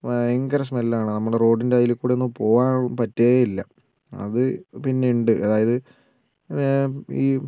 ഭയങ്കര സ്മെൽ ആണ് നമ്മുടെ റോഡിൻ്റെ അതിൽക്കൂടി ഒന്നും പോകുവാൻ പറ്റുകയേ ഇല്ല അത് പിന്നെ ഉണ്ട് അതായത്